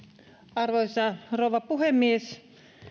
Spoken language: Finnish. arvoisa rouva puhemies